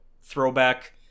throwback